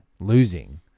losing